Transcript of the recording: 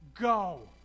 Go